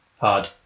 hard